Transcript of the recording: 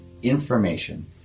information